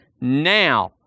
now